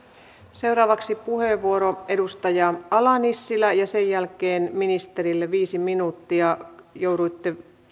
seuraavaksi puheenvuoro edustaja ala nissilä ja sen jälkeen ministerille viisi minuuttia jouduitte